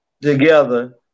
together